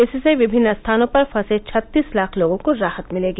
इससे विभिन्न स्थानों पर फंसे छत्तीस लाख लोगों को राहत मिलेगी